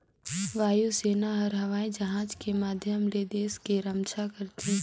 वायु सेना हर हवई जहाज के माधियम ले देस के रम्छा करथे